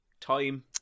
Time